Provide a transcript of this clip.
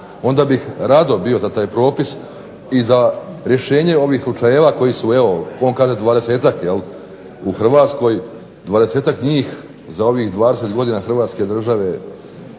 onda bih rado bio za taj propis, i za rješenje ovih slučajeva koji su evo on kaže 20-ak u Hrvatskoj, 20-ak njih za ovih 20 godina hrvatske države,